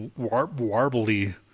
warbly